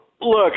look